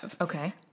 Okay